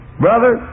Brother